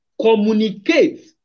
communicate